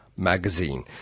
magazine